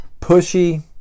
pushy